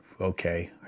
okay